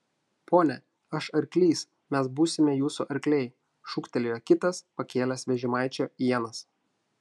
pone aš arklys mes būsime jūsų arkliai šūktelėjo kitas pakėlęs vežimaičio ienas